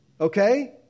Okay